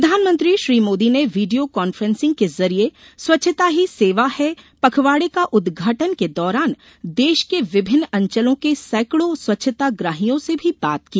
प्रधानमंत्री श्री मोदी ने वीडियों कॉफेसिंग के जरिये स्वच्छता ही सेवा है पखवाडे का उद्घाटन के दौरान देश के विभिन्न अंचलों के सैकडों स्वच्छता ग्राहियों से भी बात की